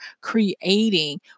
creating